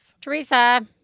Teresa